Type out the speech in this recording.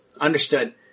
Understood